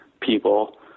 people